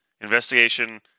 Investigation